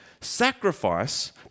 Sacrifice